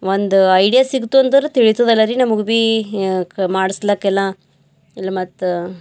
ಒಂದು ಐಡ್ಯಾ ಸಿಗ್ತು ಅಂತಂದ್ರ ತಿಳೀತದಲ್ಲ ರೀ ನಮಗ ಬೀ ಕ ಮಾಡಿಸ್ಲಕ್ ಎಲ್ಲಾ ಇಲ್ಲಿ ಮತ್ತು